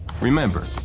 Remember